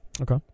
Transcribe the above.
Okay